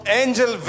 angel